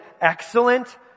excellent